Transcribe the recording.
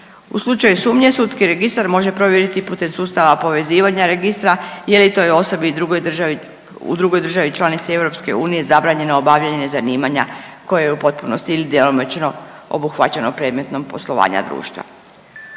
U slučaju sumnje sudski registar može provjeriti putem sustava povezivanja registra je li toj osobi u drugoj državi, u drugoj državi članici EU zabranjeno obavljanje zanimanja koje je u potpunosti ili djelomično obuhvaćeno predmetom poslovanja društva.